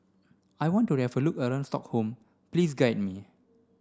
I want to have a look around Stockholm please guide me